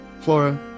Flora